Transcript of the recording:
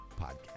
podcast